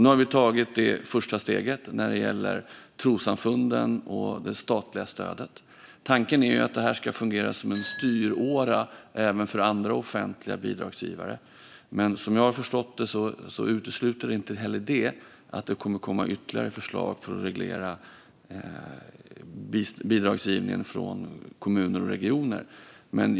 Nu har vi tagit det första steget när det gäller trossamfunden och det statliga stödet. Tanken är att detta ska fungera som en styråra även för andra offentliga bidragsgivare, men som jag har förstått det utesluter inte detta att det kommer att komma ytterligare förslag för att reglera bidragsgivningen från kommuner och regioner.